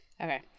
Okay